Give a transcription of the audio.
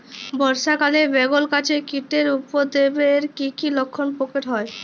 বর্ষা কালে বেগুন গাছে কীটের উপদ্রবে এর কী কী লক্ষণ প্রকট হয়?